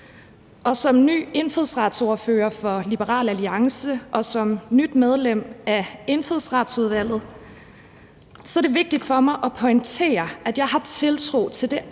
og som ny indfødsretsordfører for Liberal Alliance og som nyt medlem af Indfødsretsudvalget er det vigtigt for mig at pointere, at jeg har tiltro til det arbejde,